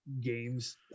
games